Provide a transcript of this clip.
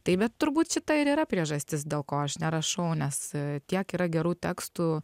taip bet turbūt šita ir yra priežastis dėl ko aš nerašau nes tiek yra gerų tekstų